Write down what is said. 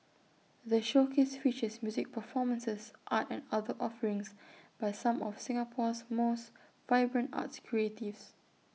the showcase features music performances art and other offerings by some of Singapore's most vibrant arts creatives